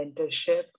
mentorship